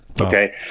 Okay